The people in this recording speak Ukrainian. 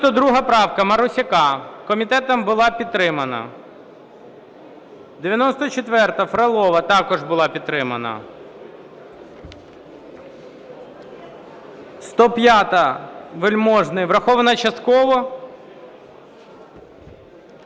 92 правка, Марусяк. Комітетом була підтримана. 94-а, Фролов. Також була підтримана. 105-а, Вельможний. Врахована частково.